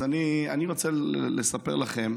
אז אני רוצה לספר לכם